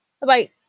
Bye-bye